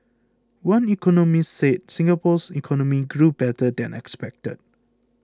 one economist said Singapore's economy grew better than expected